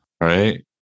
right